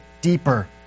deeper